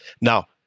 Now